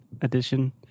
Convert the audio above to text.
Edition